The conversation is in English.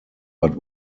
but